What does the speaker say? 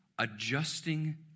adjusting